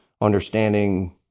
understanding